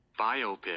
Biopic